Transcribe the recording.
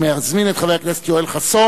אני מזמין את חבר הכנסת יואל חסון,